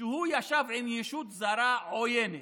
שהוא ישב עם ישות זרה עוינת,